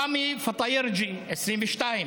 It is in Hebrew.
ראמי פטאירג'י, 22,